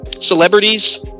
celebrities